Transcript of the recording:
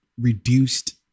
reduced